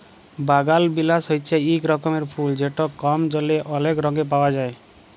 বাগালবিলাস হছে ইক রকমের ফুল যেট কম জলে অলেক রঙে পাউয়া যায়